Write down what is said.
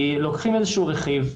כי לוקחים איזשהו רכיב,